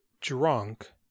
drunk